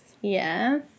Yes